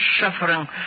suffering